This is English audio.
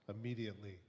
Immediately